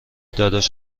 داداش